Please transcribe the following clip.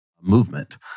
movement